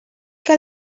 que